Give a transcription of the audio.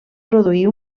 produir